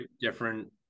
different